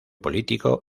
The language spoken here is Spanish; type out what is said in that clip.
político